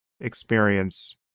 experience